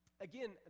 Again